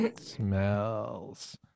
Smells